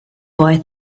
boy